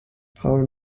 paul